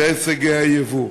אלה הישגי היבוא.